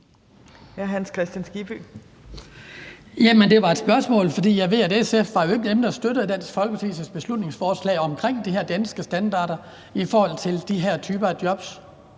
det var et spørgsmål, for jeg ved, at SF jo ikke var dem, der støttede Dansk Folkepartis beslutningsforslag om de her danskstandarder i forhold til de her typer af jobs.